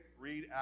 read